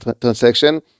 transaction